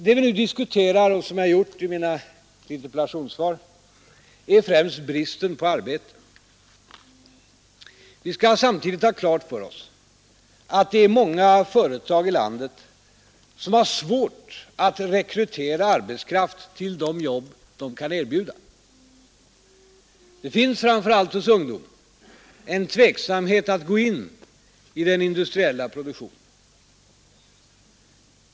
Det vi nu diskuterar och som jag behandlat i mitt interpellationssvar är främst bristen på arbete. Vi skall samtidigt ha klart för oss att det är många företag i landet som har svårt att rekrytera arbetskraft till de jobb de kan erbjuda. Det finns, framför allt hos ungdomen, en tveksamhet att gå in i den industriella produktionen.